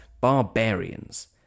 barbarians